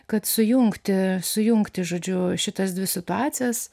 kad sujungti sujungti žodžiu šitas dvi situacijas